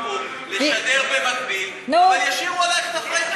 אז אמרו: נשאיר, מה רע בזה?